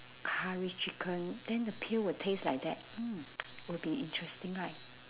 curry chicken then the pill will taste like that mm will be interesting right